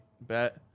bet